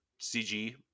CG